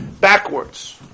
backwards